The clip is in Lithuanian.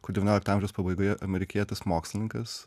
kur devyniolikto amžiaus pabaigoje amerikietis mokslininkas